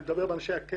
אני מדבר על אנשי הקבע,